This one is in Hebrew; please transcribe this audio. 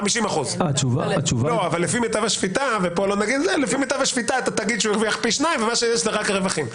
אבל לפי מיטב השפיטה אתה תגיד שהוא הרוויח פי שניים ממה שיש לך כרווחים.